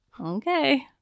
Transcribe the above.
Okay